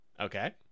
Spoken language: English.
Okay